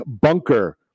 Bunker